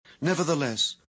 Nevertheless